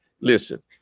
Listen